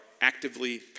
actively